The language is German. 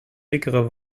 dickere